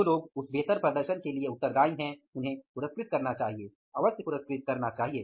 जो लोग उस बेहतर प्रदर्शन के लिए उत्तरदायी हैं उन्हें पुरस्कृत करना चाहिए